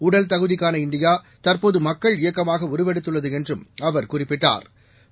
உடல்தகுதிக்கான India தற்போது மக்கள் இயக்கமாக உருவெடுத்துள்ளது என்றும் அவா் குறிப்பிட்டாா்